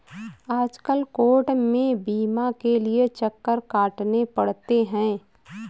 आजकल कोर्ट में बीमा के लिये चक्कर काटने पड़ते हैं